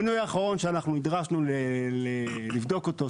המינוי האחרון שאנחנו נדרשנו לבדוק אותו,